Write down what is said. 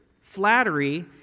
Flattery